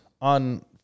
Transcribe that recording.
on